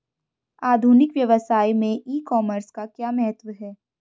आधुनिक व्यवसाय में ई कॉमर्स का क्या महत्व है?